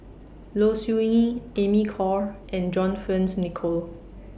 Low Siew Nghee Amy Khor and John Fearns Nicoll